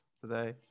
today